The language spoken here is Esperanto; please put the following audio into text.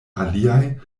aliaj